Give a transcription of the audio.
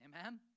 Amen